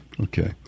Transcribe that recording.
okay